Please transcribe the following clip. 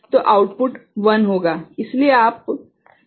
तो आउटपुट 1 होगा इसलिए यहां आउटपुट 1 है